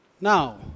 Now